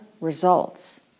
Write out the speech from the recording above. results